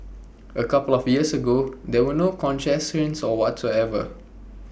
A couple laugh years ago there were no concessions whatsoever